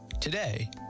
Today